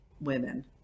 women